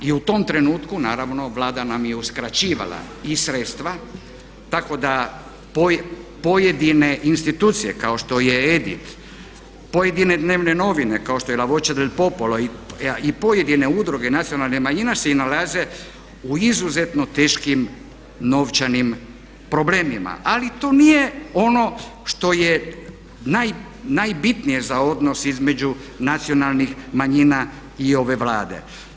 I u tom trenutku naravno Vlada nam je uskraćivala i sredstva tako da pojedine institucije kao što je EDIT, pojedine dnevne novine kao što je … i pojedine udruge nacionalnih manjina se i nalaze u izuzetno teškim novčanim problemima ali to nije ono što je najbitnije za odnos između nacionalnih manjina i ove Vlade.